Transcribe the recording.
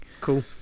cool